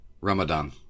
Ramadan